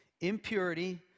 impurity